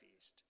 feast